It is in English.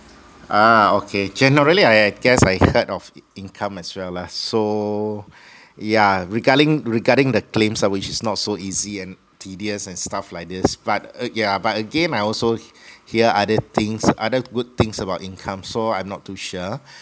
ah okay generally I guess I heard of income as well lah so yeah regarding regarding the claims lah which is not so easy and tedious and stuff like this but uh yeah but again I also hear other things other good things about income so I'm not too sure